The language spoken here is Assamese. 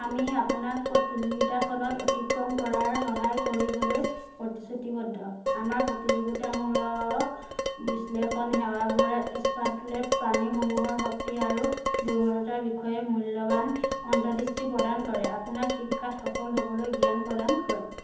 আমি আপোনাক প্ৰতিযোগিতাখন অতিক্ৰম কৰাৰ সহায় কৰিবলৈ প্ৰতিশ্ৰুতিবদ্ধ আমাৰ প্ৰতিযোগিতামূলক বিশ্লেষণ সেৱাবোৰে স্মাৰ্ট লেব্ প্ৰণালীসমূহৰ শক্তি আৰু দুৰ্বলতাৰ বিষয়ে মূল্যৱান অন্তৰ্দৃষ্টি প্ৰদান কৰে আপোনাক শিক্ষাত সফল হ'বলৈ জ্ঞান প্ৰদান কৰে